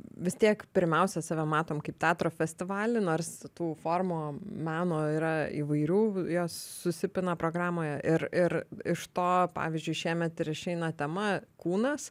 vis tiek pirmiausia save matom kaip teatro festivalį nors tų formų meno yra įvairių jos susipina programoje ir ir iš to pavyzdžiui šiemet ir išeina tema kūnas